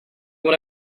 what